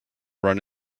run